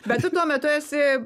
bet tu tuo metu esi